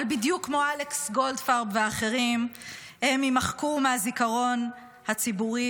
אבל בדיוק כמו אלכס גולדפרב ואחרים הם יימחקו מהזיכרון הציבורי,